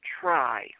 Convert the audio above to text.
try